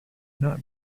not